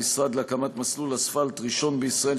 המשרד להקמת מסלול אספלט ראשון בישראל,